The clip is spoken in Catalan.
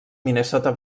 minnesota